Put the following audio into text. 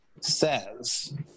says